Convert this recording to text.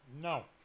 no